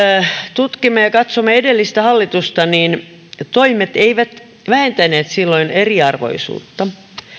tutkimme ja katsomme edellistä hallitusta niin ne toimet eivät vähentäneet silloin eriarvoisuutta